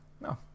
no